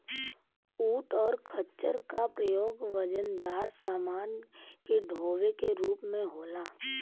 ऊंट और खच्चर का प्रयोग वजनदार समान के डोवे के रूप में होला